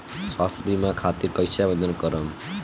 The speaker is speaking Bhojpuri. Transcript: स्वास्थ्य बीमा खातिर कईसे आवेदन करम?